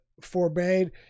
forbade